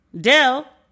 Dell